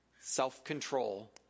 Self-control